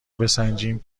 بسنجیم